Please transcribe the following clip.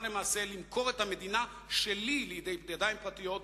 למעשה למכור את המדינה שלי לידי ידיים פרטיות,